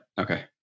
Okay